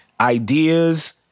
ideas